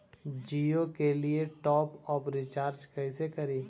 जियो के लिए top up recharge कैसे करी?